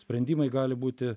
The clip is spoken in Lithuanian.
sprendimai gali būti